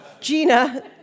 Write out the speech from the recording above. Gina